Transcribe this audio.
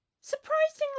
Surprisingly